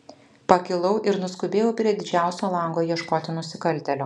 pakilau ir nuskubėjau prie didžiausio lango ieškoti nusikaltėlio